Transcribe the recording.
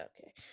okay